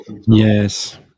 Yes